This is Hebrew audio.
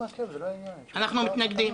אנחנו מתנגדים.